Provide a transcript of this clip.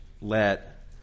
let